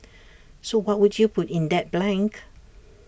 so what would you put in that blank